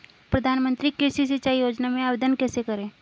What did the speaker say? प्रधानमंत्री कृषि सिंचाई योजना में आवेदन कैसे करें?